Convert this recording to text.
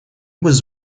was